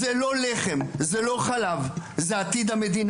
זה לא לחם, זה לא חלב, זה עתיד המדינה.